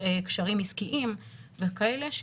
קשרים עסקיים וכאלה.